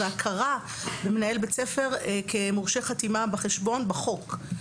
ושיש להכיר במנהל בית הספר כמורשה חתימה בחשבון על פי חוק.